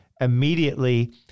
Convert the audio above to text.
immediately